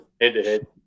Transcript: head-to-head